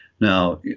Now